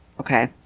Okay